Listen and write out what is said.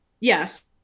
Yes